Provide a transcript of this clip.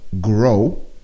grow